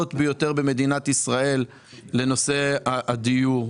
הגדולות ביותר במדינת ישראל לנושא הדיור.